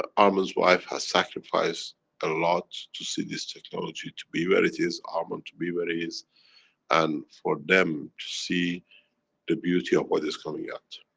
armen's wife has sacrificed a lot to see this technology to be where it is, armen to be where he is and for them to see the beauty of what is coming out.